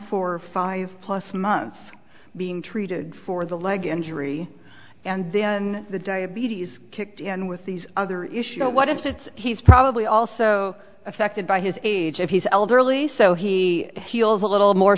for five plus months being treated for the leg injury and then the diabetes kicked in with these other issues what if it's he's probably also affected by his age if he's elderly so he heals a little more